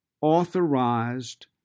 authorized